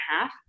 half